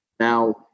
Now